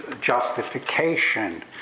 justification